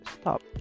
Stop